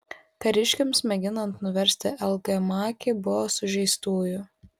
kariškiams mėginant nuversti l g makį buvo sužeistųjų